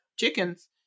chickens